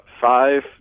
five-